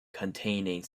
containing